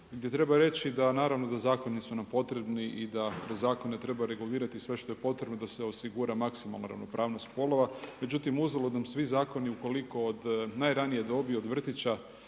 gdje treba reći da naravno da zakoni su nam potrebni i da kroz zakone treba regulirati sve što je potrebno da se osigura maksimum ravnopravnost spolova. Međutim uzalud nam svi zakoni ukoliko od najranije dobi od vrtića